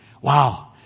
Wow